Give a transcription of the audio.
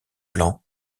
clan